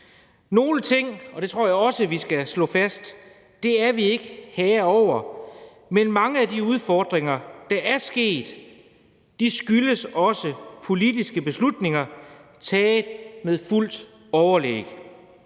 Nogle ting, og det tror jeg også at vi skal slå fast, er vi ikke herre over, men meget af den udvikling, der er sket, skyldes også politiske beslutninger taget med fuldt overlæg.